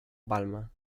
palma